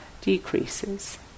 decreases